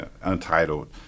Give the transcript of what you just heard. untitled